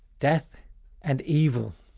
death and evil,